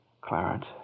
Clarence